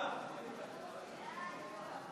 דיון בהחלטות ועדות משנה),